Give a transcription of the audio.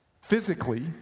physically